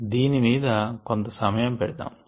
దీని మీద కొంత సమయం పెడదాము